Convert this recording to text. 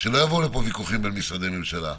שלא יבואו לפה ויכוחים בין משרדי הממשלה,